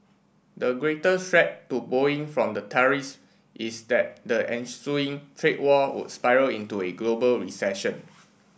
the greater threat to Boeing from the tariffs is that the ensuing trade war would spiral into a global recession